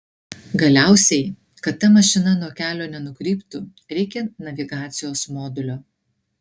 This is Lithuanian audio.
galiausiai kad ta mašina nuo kelio nenukryptų reikia navigacijos modulio